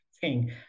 king